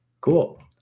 Cool